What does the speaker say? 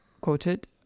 quoted